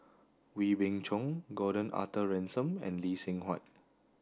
Wee Beng Chong Gordon Arthur Ransome and Lee Seng Huat